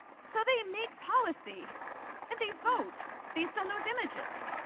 so they make policy and they vote based on those images.